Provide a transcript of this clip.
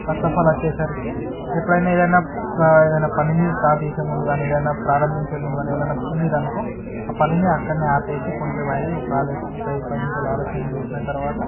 first of all వచ్చేసరికి ఎప్పుడైనా ఏదైనా ఏదైనా పనిని స్టార్ట్ చేసే ముందు కానీ ఏదైనా ప్రారంభించే ముందు కానీ ఎవరైనా తుమ్మిండ్రు అనుకో ఆ పనిని అక్కడనే ఆపేసి కొంతసేపు అయ్యి ఒక ఆలస్యం ఒక ఐదు పది నిమిషాలు ఆలస్యం చేసిన తర్వాత